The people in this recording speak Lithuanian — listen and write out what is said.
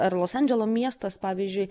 ar los andželo miestas pavyzdžiui